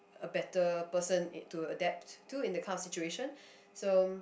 a better person to adapt to in that kind of situation